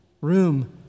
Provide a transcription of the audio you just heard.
Room